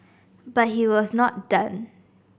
but he was not done